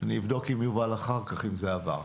אני אבדוק עם יובל אחר כך אם זה עבר.